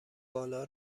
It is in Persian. بالا